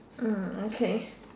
uh okay